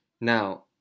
Now